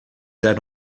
era